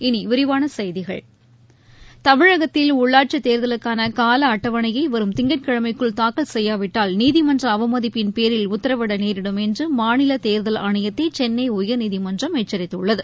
இனி விரிவான செய்திகள் தமிழகத்தில் உள்ளாட்சித் தேர்தலுக்கான கால அட்டவணையை வரும் திங்கட்கிழமைக்குள் தாக்கல் செய்யாவிட்டால் நீதிமன்ற அவமதிப்பின் பேரில் உத்தரவிட நேரிடும் என்று மாநில தேர்தல் ஆணையத்தை சென்னை உயர்நீதிமன்றம் எச்சரித்துள்ளது